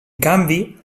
canvi